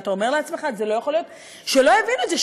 ואתה אומר לעצמך: לא יכול להיות שלא הבינו את זה.